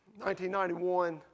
1991